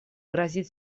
грозит